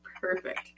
perfect